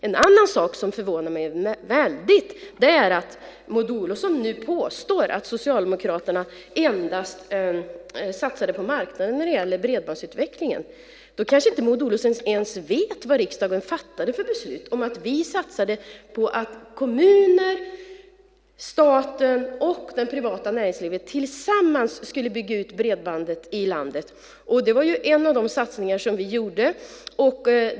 En annan sak som förvånar mig väldigt är att Maud Olofsson nu påstår att Socialdemokraterna endast satsade på marknaden när det gällde bredbandsutvecklingen. Hon kanske inte ens vet vad riksdagen fattade för beslut. Vi satsade på att kommuner, staten och det privata näringslivet tillsammans skulle bygga ut bredbandet i landet. Det var en av de satsningar som vi gjorde.